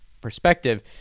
perspective—